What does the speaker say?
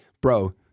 bro